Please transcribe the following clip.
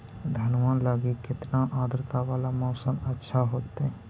धनमा लगी केतना आद्रता वाला मौसम अच्छा होतई?